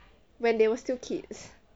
when they were still kids